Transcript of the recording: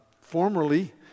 Formerly